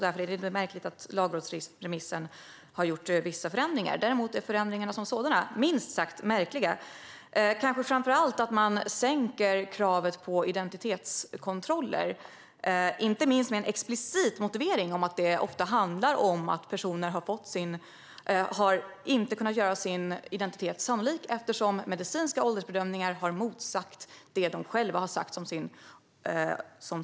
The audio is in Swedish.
Därför är det inte märkligt att det har gjorts vissa förändringar i lagrådsremissen. Men förändringarna som sådana är minst sagt märkliga. Det gäller kanske framför allt att man sänker kravet på identitetskontroller, inte minst med en explicit motivering att det ofta handlar om att personen inte har kunnat göra sin identitet sannolik, eftersom medicinska åldersbedömningar har motsagt den ålder som personen själv har uppgett.